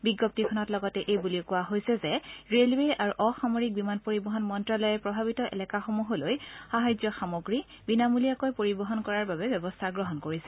বিজ্ঞপ্তিখনত লগতে এই বুলিও কোৱা হৈছে যে ৰেলৱে আৰু অসামৰিক বিমান পৰিবহণ মন্ত্ৰালয়ে প্ৰভাৱিত এলেকাসমূহলৈ সাহায্য সামগ্ৰী বিনামলীয়াকৈ পৰিবহণ কৰাৰ বাবে ব্যৱস্থা গ্ৰহণ কৰিছে